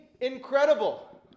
incredible